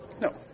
No